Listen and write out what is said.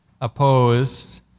opposed